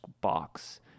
box